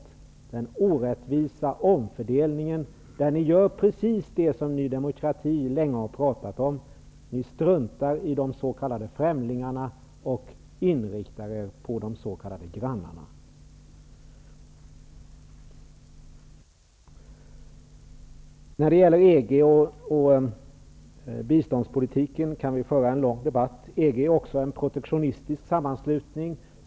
Ni gör precis samma orättvisa omfördelning som Ny demokrati länge har talat om. Ni struntar i de s.k. främlingarna och inriktar er på de s.k. grannarna. Man kan föra en lång debatt om EG och biståndspolitiken. EG är också en protektionistisk sammanslutning.